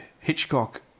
Hitchcock